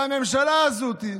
שהממשלה הזאת,